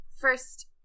first